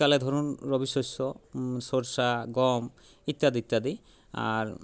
শীতকালে ধরুন রবি শস্য সরষা গম ইত্যাদি ইত্যাদি আর